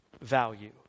value